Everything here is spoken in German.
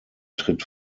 tritt